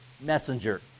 messenger